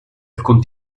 alcun